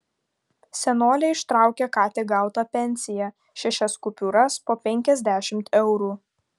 senolė ištraukė ką tik gautą pensiją šešias kupiūras po penkiasdešimt eurų